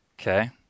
Okay